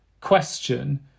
question